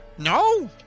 No